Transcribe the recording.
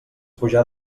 pujar